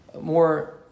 more